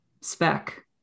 spec